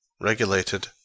regulated